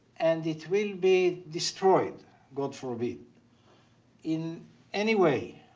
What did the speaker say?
and it will be destroyed god forbid in any way,